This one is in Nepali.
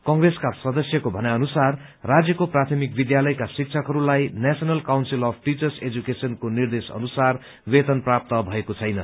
कंग्रेसका सदस्यको भनाई अनुसार राज्यको प्राथमिक विद्यालयका शिक्षकहरूलाई नेशनल काउन्सिल अफ टीचर्स एजुकेशनको निर्देश अनुसार वेतन प्राप्त भएको छैन